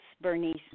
Bernice